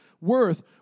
worth